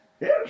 Yes